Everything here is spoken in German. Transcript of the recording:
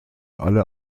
alle